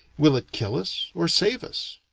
will it kill us or save us?